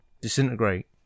disintegrate